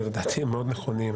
שלדעתי הם מאוד נכונים,